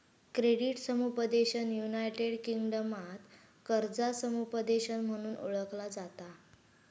credit समुपदेशन United किंगडमात कर्जा समुपदेशन म्हणून ओळखला जाता